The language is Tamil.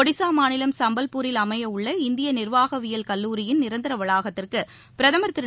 ஒடிசா மாநிலம் சம்பல்பூரில் அமையவுள்ள இந்திய நிர்வாகவியல் கல்லூரியின் நிரந்தர வளாகத்திற்கு பிரதமர் திரு